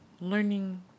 learning